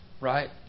Right